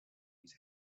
his